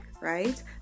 right